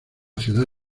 ciudad